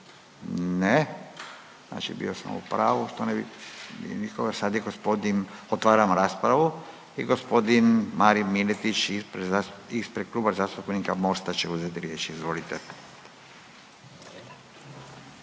ne vidim nikoga. Sad je gospodin. Otvaram raspravu i gospodin Marin Miletić ispred Kluba zastupnika Mosta će uzeti riječ, izvolite.